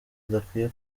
adakwiye